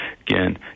again